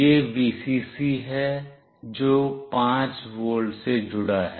यह Vcc है जो 5 वोल्ट से जुड़ा है